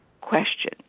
question